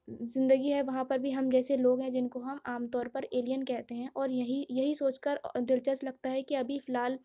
زندگی ہے وہاں پر بھی ہم جیسے لوگ ہیں جن کو ہم عام طور پر ایلیئن کہتے ہیں اور یہیں یہی سوچ کر دلچسپ لگتا ہے کہ ابھی فی الحال